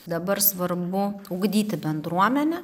dabar svarbu ugdyti bendruomenę